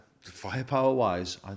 firepower-wise